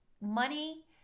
money